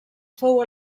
fou